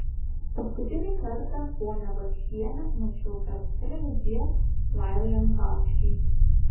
paskutinį kartą ponią bačkienę mačiau per televiziją laidojant bačkį